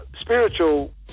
spiritual